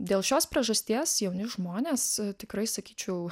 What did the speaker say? dėl šios priežasties jauni žmonės tikrai sakyčiau